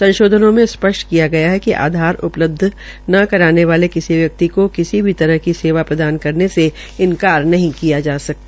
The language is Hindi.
संशोध्न में स्पष्ट किया गया है कि आधार उपलब्ध न कराने वाले किसी व्यक्ति को किसी भी तरह की सेवा प्रदान करने से इन्कार नहीं किया जा सकता